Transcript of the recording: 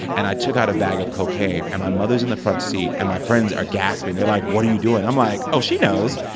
and i took out a bag of cocaine. and my mother's in the front seat, and my friends are gasping. they're like what are you doing? i'm like oh, she knows.